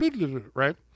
right